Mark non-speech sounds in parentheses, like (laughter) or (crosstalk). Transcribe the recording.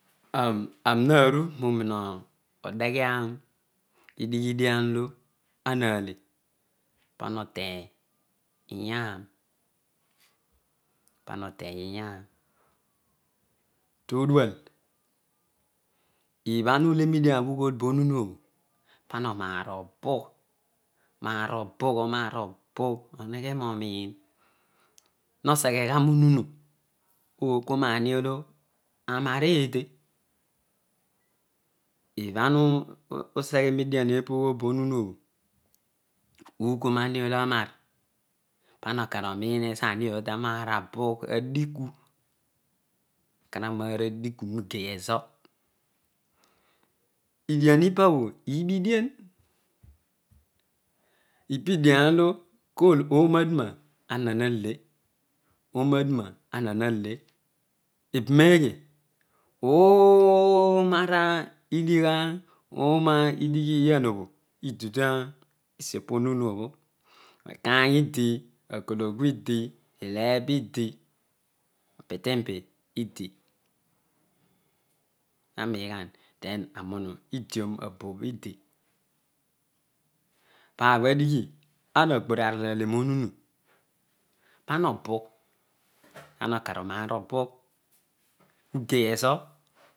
Oh oh anomaru niomue adeghe odiidighe dian olo awale pana oteny iyam pana oteny iyara todual ibhana ule niediom obho ughool bo monunu obho pana omaar obugh omaan obugh obugh oreghe nonri moseghegha monuhu okoor maniolo anaar ede ibhanu beghe nonunu obho ukoor nadiolo anaar pana okar oniin ozo awiobho takari anar abugh adiku aka anaar adiku nogeyezor idian ipabho ubi edian ipa edian ole kuoonaduna uole ooroo aduna ana nale ebuneghe (unintelligible) editosuopo munuobho okain idi agologu idi itebo idi apitinpi idi nanighani tha amunu idion aboan idi parobo adighi aghor aro ale mo ohunu pana obugh (noise) pana okanbugh oka (noise)